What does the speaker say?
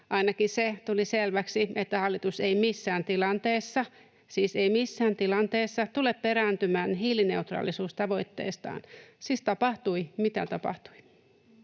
missään tilanteessa — siis ei missään tilanteessa — tule perääntymään hiilineutraalisuustavoitteestaan, siis tapahtui mitä tapahtui.